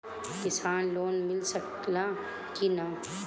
किसान लोन मिल सकेला कि न?